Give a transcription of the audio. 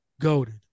goaded